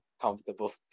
comfortable